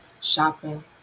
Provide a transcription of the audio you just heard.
shopping